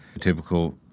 typical